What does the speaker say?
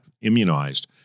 immunized